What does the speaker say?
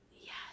Yes